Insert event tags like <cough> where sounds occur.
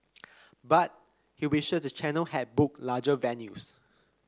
<noise> but he wishes the channel had booked larger venues